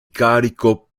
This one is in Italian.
carico